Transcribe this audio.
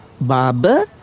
Barber